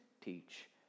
teach